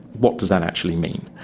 what does that actually mean?